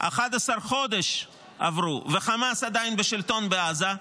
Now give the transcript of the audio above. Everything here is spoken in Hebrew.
11 חודש עברו וחמאס עדיין בשלטון בעזה,